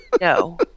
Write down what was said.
no